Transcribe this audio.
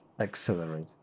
accelerate